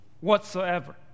whatsoever